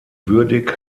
würdig